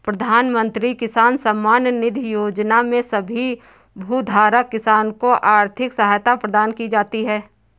प्रधानमंत्री किसान सम्मान निधि योजना में सभी भूधारक किसान को आर्थिक सहायता प्रदान की जाती है